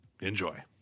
Enjoy